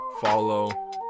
follow